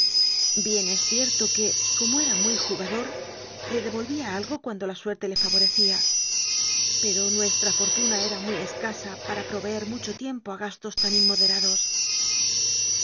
bien es cierto que como era muy jugador le devolvía algo cuando la suerte le fa vorecía pero nuestra fortuna era muy escasa para proveer mucho tiempo a gastos tan inmoderados